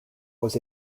was